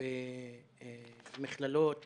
נמוך במכללות